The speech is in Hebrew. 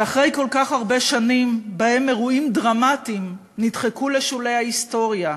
ואחרי כל כך הרבה שנים שבהם אירועים דרמטיים נדחקו לשולי ההיסטוריה,